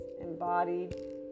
embodied